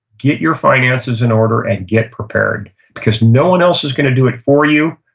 get your finances in order and get prepared because no one else is going to do it for you.